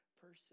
person